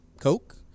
Coke